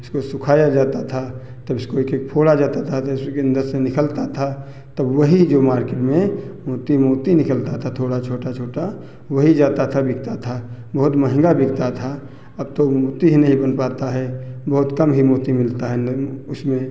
इसको सुखाया जाता था तब इसको एक एक फोड़ा जाता था तब इसके अंदर से निकलता था तब वही जो मार्केट में मोती मोती निकलता था थोड़ा छोटा छोटा वही जाता था बिकता था बहुत महंगा बिकता था अब तो मोती ही नहीं बन पाता है बहुत कम ही मोती मिलता है उसमें